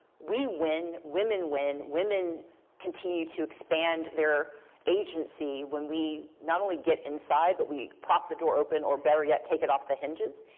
we win, women win, women continue to expand their agency when we not only get inside but we pop the door open, or better yet take it off the hinges.